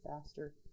faster